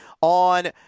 on